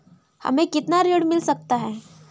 हमें कितना ऋण मिल सकता है?